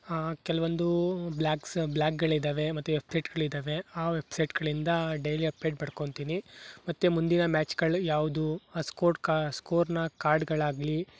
ಕೆಲವೊಂದು ಬ್ಲಾಗ್ಸ್ ಬ್ಲಾಗ್ಗಳಿವೆ ಮತ್ತು ವೆಬ್ಸೈಟ್ಗಳಿವೆ ಆ ವೆಬ್ಸೈಟ್ಗಳಿಂದ ಡೈಲಿ ಅಪ್ಡೇಟ್ ಪಡ್ಕೊತೀನಿ ಮತ್ತು ಮುಂದಿನ ಮ್ಯಾಚ್ಗಳು ಯಾವುದು ಆ ಸ್ಕೋರ್ ಕಾ ಸ್ಕೋರ್ನ ಕಾರ್ಡ್ಗಳಾಗಲಿ